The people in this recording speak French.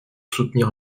soutenir